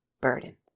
burden